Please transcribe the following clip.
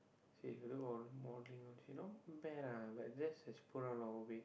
say you know or more thing you know but that this is put a long way